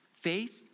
faith